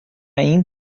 این